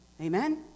Amen